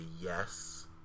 yes